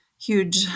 huge